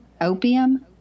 opium